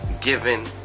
given